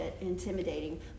intimidating